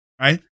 Right